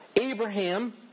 Abraham